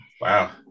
Wow